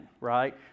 right